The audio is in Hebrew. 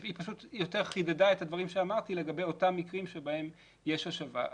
היא פשוט יותר חידדה את הדברים שאמרתי לגבי אותם מקרים שבהם יש השבה.